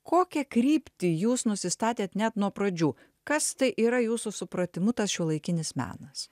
kokią kryptį jūs nusistatėt net nuo pradžių kas tai yra jūsų supratimu tas šiuolaikinis menas